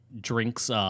drinks